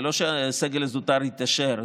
לא שהסגל הזוטר התעשר,